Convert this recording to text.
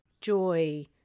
joy